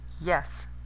Yes